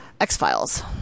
X-Files